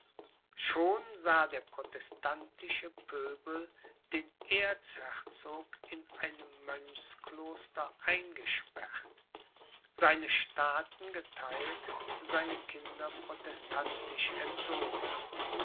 schon sah der protestantische pöbel den erzherzog in einem mönchskloster eingesperrt seine staaten getheilt seine kinder protestantisch erzogen